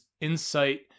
insight